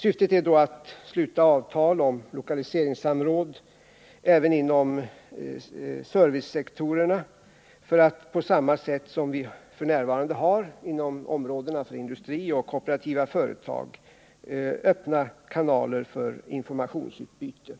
Syftet är då att sluta avtal om lokaliseringssamråd även inom servicesektorerna för att, på samma sätt som vi f. n. gör inom industrin och kooperativa företag, öppna kanaler för informationsutbyte.